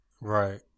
Right